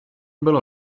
bylo